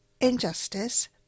injustice